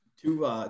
Two